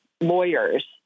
lawyers